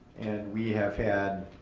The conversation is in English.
and we have had